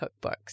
cookbooks